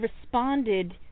responded